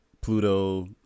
pluto